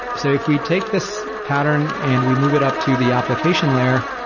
so if we take this pattern and we move it up to the application layer,